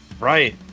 right